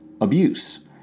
abuse